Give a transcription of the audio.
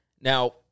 Now